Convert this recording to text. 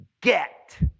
get